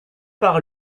par